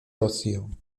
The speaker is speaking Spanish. ocio